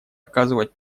оказывать